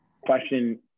question